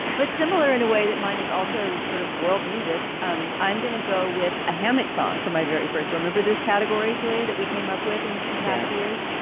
but similar in a way that mine is also sort of world music. um i'm going to go with a hammock song for my very first remember this category, joy, that we came up with in in past years.